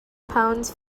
pounds